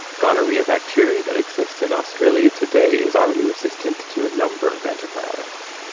gonorrhoea bacteria that exists in australia today is already resistant to a number of antibiotics.